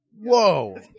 Whoa